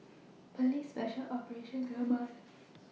Police Special Operations Command